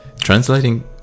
translating